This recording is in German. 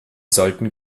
sollen